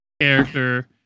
character